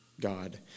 God